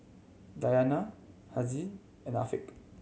Dayana Haziq and Afiq